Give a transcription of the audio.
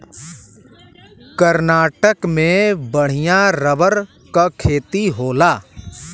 कर्नाटक में बढ़िया रबर क खेती होला